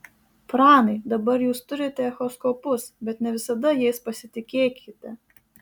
pranai dabar jūs turite echoskopus bet ne visada jais pasitikėkite